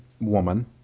woman